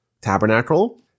tabernacle